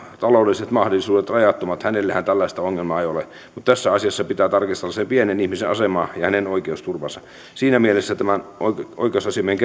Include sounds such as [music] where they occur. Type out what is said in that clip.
taloudelliset mahdollisuudet ovat rajattomat tällaista ongelmaa ei ole mutta tässä asiassa pitää tarkastella sen pienen ihmisen asemaa ja hänen oikeusturvaansa siinäkin mielessä tämä oikeusasiamiehen [unintelligible]